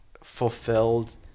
fulfilled